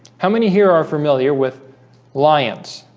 how many here are familiar with lions